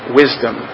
wisdom